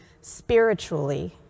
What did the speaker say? spiritually